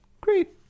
Great